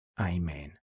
Amen